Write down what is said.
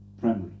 primary